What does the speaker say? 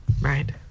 right